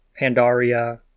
Pandaria